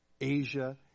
Asia